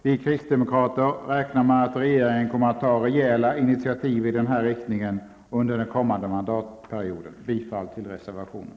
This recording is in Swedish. Vi kristdemokrater räknar med att regeringen kommer att ta rejäla inititativ i den här riktningen under den kommande mandatperioden. Jag yrkar bifall till reservationen.